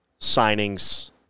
signings